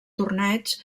torneig